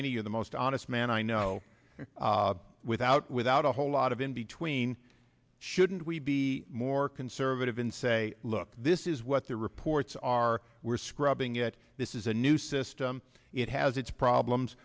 divinity of the most honest man i know without without a whole lot of in between shouldn't we be more conservative and say look this is what the reports are we're scrubbing it this is a new system it has its problems